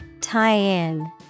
Tie-in